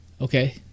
Okay